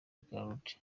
giroud